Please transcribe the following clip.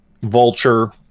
Vulture